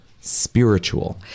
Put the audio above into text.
spiritual